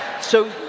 So-